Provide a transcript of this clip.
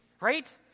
right